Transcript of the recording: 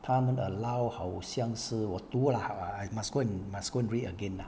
他们 allow 好像是我读 lah I I must go and must go and read again lah